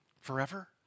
forever